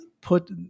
put